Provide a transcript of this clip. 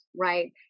right